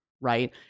right